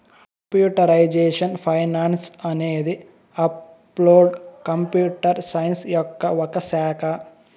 computational finance అనేది applied computer science యొక్క ఒక శాఖ